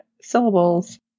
syllables